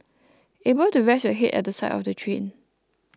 able to rest your head at the side of the train